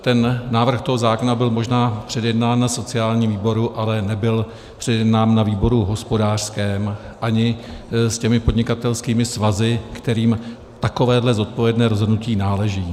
Ten návrh zákona byl možná předjednán na sociálním výboru, ale nebyl předjednán na výboru hospodářském a ani s těmi podnikatelskými svazy, kterým takovéhle zodpovědné rozhodnutí náleží.